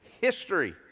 history